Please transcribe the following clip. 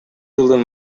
жылдын